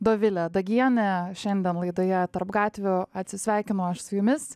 dovilė dagienė šiandien laidoje tarp gatvių atsisveikinu aš su jumis